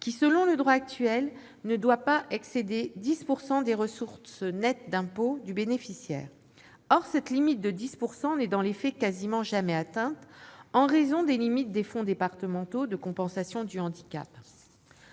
qui, selon le droit actuel, ne doit pas excéder 10 % des ressources nettes d'impôts du bénéficiaire. Or cette limite de 10 % n'est, dans les faits, quasiment jamais atteinte, en raison des limites des fonds départementaux de compensation du handicap.